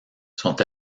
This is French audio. sont